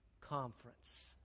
conference